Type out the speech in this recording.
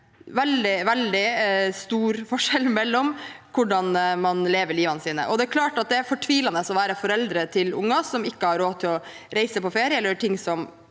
slett er veldig stor forskjell på hvordan man lever livet sitt. Det er klart at det er fortvilende å være foreldre til unger og ikke ha råd til å reise på ferie eller gjøre ting som